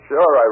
Sure